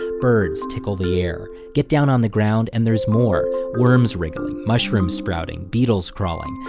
birds tickle the air. get down on the ground and there's more worms wriggling, mushrooms sprouting, beetles crawling.